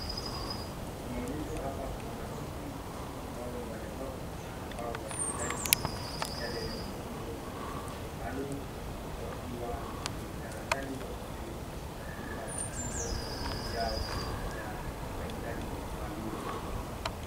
Tunaonyeshwa hapa wanafunzi ambao ni walemavu na ambao wanahitaji yale mafunzo maalum, wakiwa kwenye darasani wakishiriki katika mafunzi yao ya mahitaji maalum.